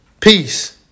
Peace